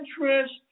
interest